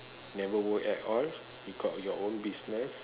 never work at all you got your own business